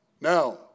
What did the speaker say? Now